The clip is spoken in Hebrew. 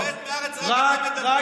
על לרדת מהארץ רק אתם מדברים.